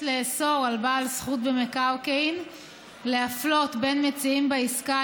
לאסור על בעל זכות במקרקעין להפלות בין מציעים בעסקה